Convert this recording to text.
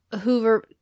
Hoover